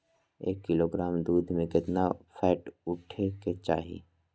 एक किलोग्राम दूध में केतना फैट उठे के चाही?